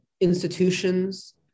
institutions